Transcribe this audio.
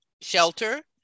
shelter